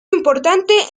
importante